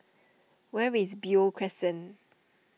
where is Beo Crescent